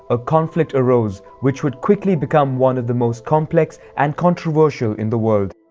a conflict arose which would quickly become one of the most complex and controversial in the world.